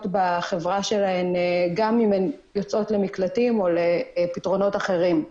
בחברה שלהם גם אם הן יוצאות למקלטים או לפתרונות אחרים.